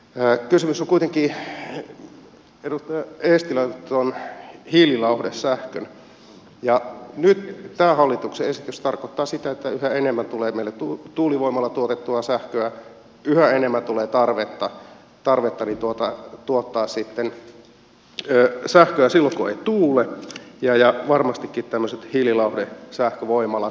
kysymys on kuitenkin edustaja eestilä tuosta hiililauhdesähköstä ja nyt tämä hallituksen esitys tarkoittaa sitä että yhä enemmän tulee meille tuulivoimalla tuotettua sähköä yhä enemmän tulee tarvetta tuottaa sähköä silloin kun ei tuule ja varmastikin tämmöiset hiililauhoja sähkövoimalan